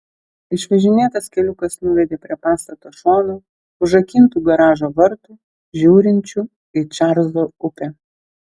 išvažinėtas keliukas nuvedė prie pastato šono užrakintų garažo vartų žiūrinčių į čarlzo upę